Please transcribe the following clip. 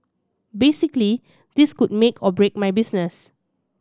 basically this could make or break my business